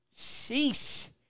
Sheesh